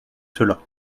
cela